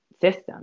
system